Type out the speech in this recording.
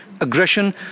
aggression